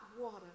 water